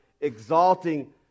exalting